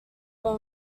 were